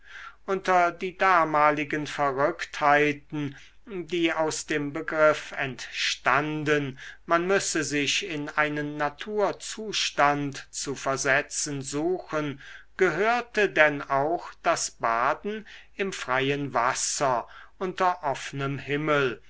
unter die damaligen verrücktheiten die aus dem begriff entstanden man müsse sich in einen naturzustand zu versetzen suchen gehörte denn auch das baden im freien wasser unter offnem himmel